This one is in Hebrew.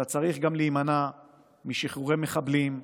אלא צריך גם להימנע משחרורי מחבלים,